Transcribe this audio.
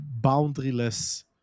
boundaryless